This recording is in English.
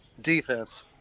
Defense